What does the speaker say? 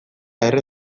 erre